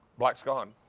black is gone.